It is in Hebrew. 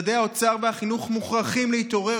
משרדי האוצר והחינוך מוכרחים להתעורר.